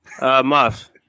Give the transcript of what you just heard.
Muff